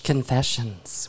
Confessions